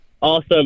Awesome